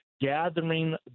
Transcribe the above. gathering